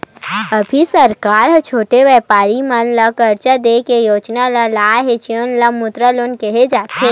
अभी सरकार ह छोटे बेपारी मन ल करजा दे के योजना लाए हे जउन ल मुद्रा लोन केहे जाथे